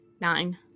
nine